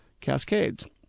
Cascades